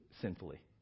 sinfully